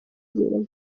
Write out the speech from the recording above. bintu